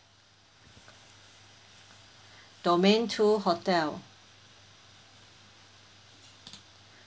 domain two hotel